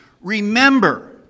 Remember